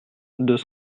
deux